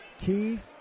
Key